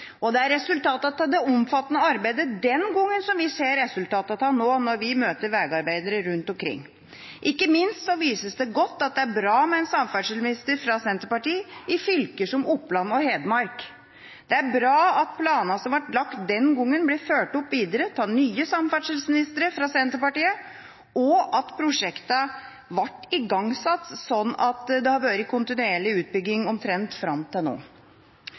og det er resultatet av det omfattende arbeidet den gangen som vi ser resultatet av nå, når vi møter vegarbeidere rundt omkring. Ikke minst vises det godt at det er bra med en samferdselsminister fra Senterpartiet i fylker som Oppland og Hedmark. Det er bra at planene som ble lagt den gangen, ble fulgt opp videre av nye samferdselsministre fra Senterpartiet, og at prosjektene ble igangsatt, sånn at det har vært kontinuerlig utbygging omtrent fram til nå.